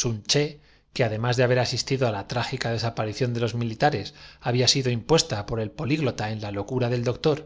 sun ché que además de haber asistido á la trágica des mano armada de un tridente y llevando en la otra una aparición de los militares había sido impuesta por el red envolvían con ella á su antagonista para darle políglota en la locura del doctor